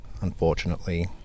unfortunately